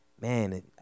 man